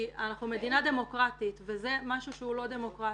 כי אנחנו מדינה דמוקרטית וזה משהו שהוא לא דמוקרטי.